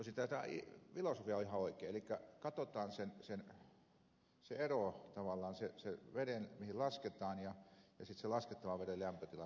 tosin tämä filosofia on ihan oikein elikkä katsotaan se ero tavallaan sen veden mihin lasketaan ja sitten sen laskettavan veden lämpötilan ero